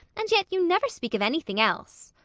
and yet you never speak of anything else.